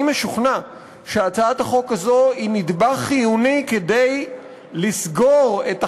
אני משוכנע שהצעת החוק הזאת היא נדבך חיוני כדי לסגור את החלל,